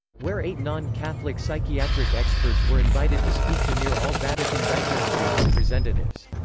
where eight non-catholic psychiatric experts were invited to speak to near all vatican dicasteries' representatives.